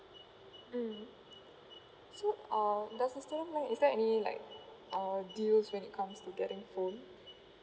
mm so uh does it even like is there any like uh deals when it comes to getting phone